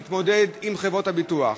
להתמודד עם חברות הביטוח.